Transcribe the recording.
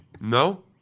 No